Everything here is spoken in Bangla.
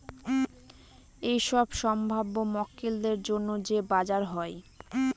এইসব সম্ভাব্য মক্কেলদের জন্য যে বাজার হয়